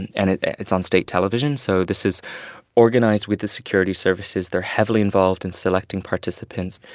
and and it's on state television. so this is organized with the security services. they're heavily involved in selecting participants.